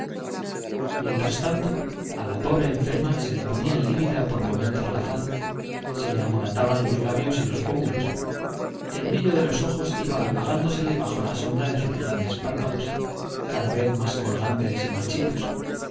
mientras tanto á la pobre enferma se le ponía lívida por momentos la le amorataban los faz se labios y los pómulos el br illo de los ojos iba apagán dosele bajo la sombra de sus grandes párpados cada vez más colgantes y marchitos